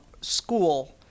school